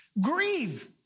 Grieve